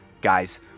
guys